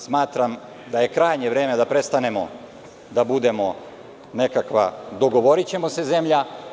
Smatram da je krajnje vreme da prestanemo da budemo nekakva „dogovorićemo se zemlja“